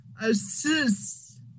assist